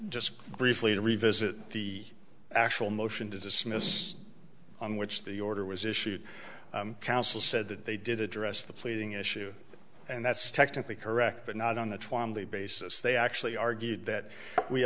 just briefly to revisit the actual motion to dismiss on which the order was issued counsel said that they did address the pleading issue and that's technically correct but not on the twamley basis they actually argued that we